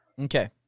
Okay